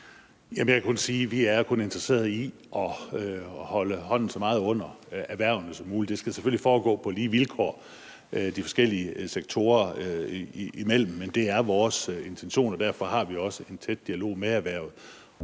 Jeg kan kun sige, at vi er interesseret i at holde hånden så meget under erhvervene som muligt. Det skal selvfølgelig foregå på lige vilkår de forskellige sektorer imellem. Men det er vores intention, og derfor har vi også en tæt dialog med erhvervet.